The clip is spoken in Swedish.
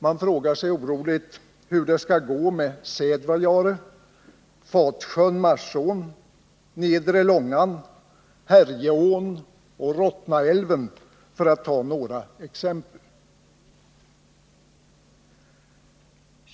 Man frågar sig oroligt hur det skall gå med Sädvajaure, Fatsjön-Marsån, Nedre Långan, Härjeån och Rottnaälven, för att ta några exempel.